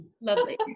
lovely